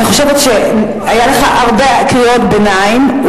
אני חושבת שהיו לך הרבה קריאות ביניים.